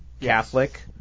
Catholic